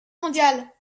mondial